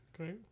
Okay